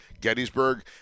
Gettysburg